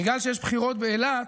בגלל שיש בחירות באילת,